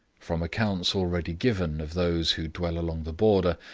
from accounts already given of those who dwell along the border,